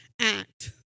act